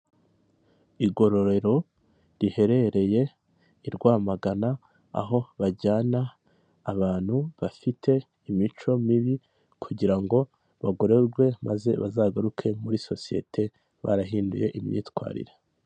Igororero riherereye i Rwamagana, aho bajyana abantu bafite imico mibi kugira ngo bagororwe maze bazagaruke muri sosiyete barahinduye imyitwarire.